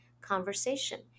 Conversation